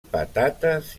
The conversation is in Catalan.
patates